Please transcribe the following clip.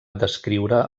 descriure